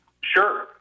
Sure